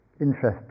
interest